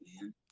man